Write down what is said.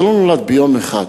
זה לא נולד ביום אחד.